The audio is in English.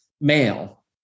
male